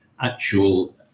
actual